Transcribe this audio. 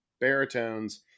baritones